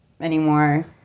anymore